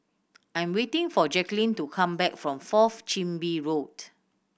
I'm waiting for Jaquelin to come back from Fourth Chin Bee Road